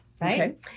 right